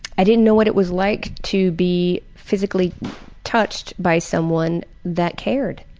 i didn't know what it was like to be physically touched by someone that cared.